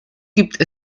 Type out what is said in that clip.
gibt